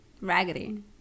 Raggedy